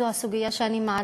זו הסוגיה שאני מעלה,